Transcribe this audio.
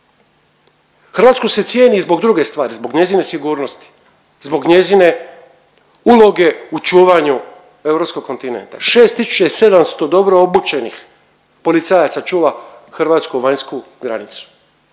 Hrvatsku se cijeni zbog druge stvari, zbog njezine sigurnosti, zbog njezine uloge u čuvanju europskog kontinenta. 6700 dobro obučenih policajaca čuva hrvatsku vanjsku granicu,